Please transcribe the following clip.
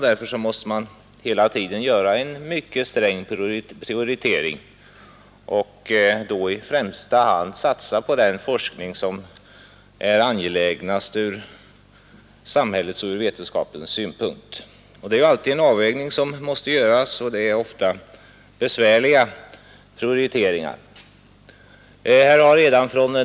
Därför måste man hela tiden göra en mycket sträng prioritering och därvid i första hand satsa på den forskning som är mest angelägen från samhällets och vetenskapens synpunkt. Man måste alltid göra en avvägning, och prioriteringarna är ofta mycket besvärliga.